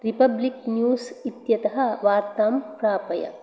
republic News इत्यतः वार्तां प्रापय